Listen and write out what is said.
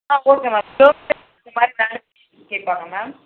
ஆ okay ma'am தகுந்த மாதிரி வேனுக்கு ஃபீஸ் கேட்பாங்க மேம்